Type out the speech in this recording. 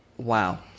Wow